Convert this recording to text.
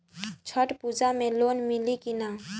छठ पूजा मे लोन मिली की ना?